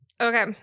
Okay